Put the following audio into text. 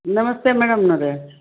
ನಮಸ್ತೆ ಮೇಡಮ್ನವ್ರೆ